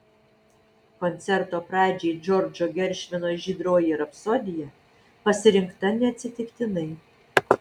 koncerto pradžiai džordžo geršvino žydroji rapsodija pasirinkta neatsitiktinai